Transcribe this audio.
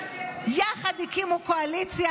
יחד הם הקימו קואליציה,